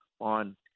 on